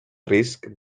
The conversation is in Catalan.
risc